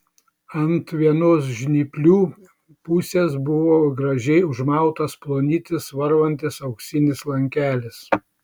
ant vienos žnyplių pusės buvo gražiai užmautas plonytis varvantis auksinis lankelis